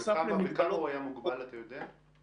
בכמה הוא היה מוגבל, אתה יודע?